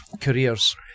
Careers